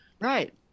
right